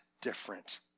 different